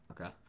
Okay